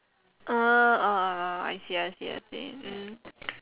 orh I see I see I see mm